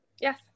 Yes